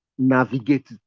navigate